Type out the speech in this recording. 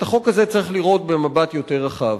את החוק הזה צריך לראות במבט יותר רחב.